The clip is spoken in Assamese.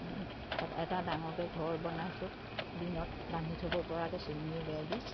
এটা এটা ডাঙৰকে ঘৰ বনাইছোঁ দিনত বান্ধি থ'ব পৰাকে চিলিঙি বেৰ দি